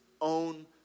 own